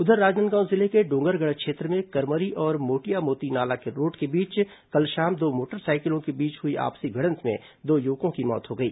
उधर राजनांदगांव जिले के डॉगरगढ़ क्षेत्र में करमरी और मटियामोती नाला रोड के बीच कल शाम दो मोटरसाइकिलों के बीच हुई आपसी भिडंत में दो युवकों की मौत हो गई